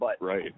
Right